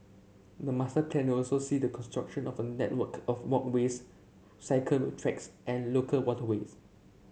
the master plan will also see the construction of a network of walkways cycle tracks and local waterways